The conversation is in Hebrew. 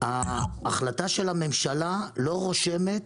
ההחלטה של הממשלה לא רושמת